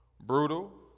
brutal